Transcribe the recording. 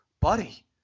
buddy